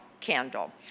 candle